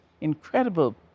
incredible